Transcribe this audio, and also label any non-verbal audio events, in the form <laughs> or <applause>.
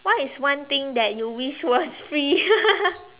what is one thing that you wish was free <laughs>